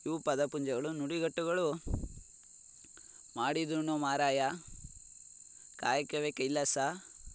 ಇವು ಪದ ಪುಂಜಗಳು ನುಡಿಗಟ್ಟುಗಳು ಮಾಡಿದ್ದುಣ್ಣೋ ಮಾರಾಯ ಕಾಯಕವೇ ಕೈಲಾಸ